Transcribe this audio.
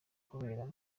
kubera